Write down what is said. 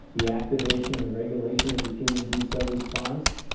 the activation and regulation of the human b-cell response.